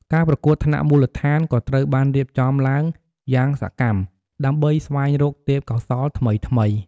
ការប្រកួតថ្នាក់មូលដ្ឋានក៏ត្រូវបានរៀបចំឡើងយ៉ាងសកម្មដើម្បីស្វែងរកទេពកោសល្យថ្មីៗ។